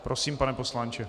Prosím, pane poslanče.